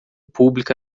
pública